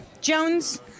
Jones